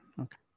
Okay